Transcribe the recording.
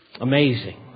Amazing